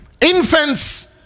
Infants